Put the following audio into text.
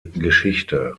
geschichte